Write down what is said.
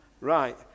Right